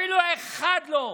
אפילו אחד לא.